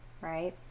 right